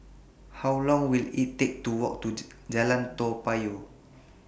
How Long Will IT Take to Walk to Jalan Toa Payoh